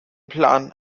plan